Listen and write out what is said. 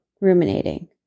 ruminating